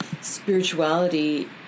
spirituality